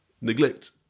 Neglect